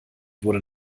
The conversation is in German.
wurde